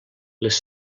les